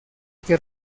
que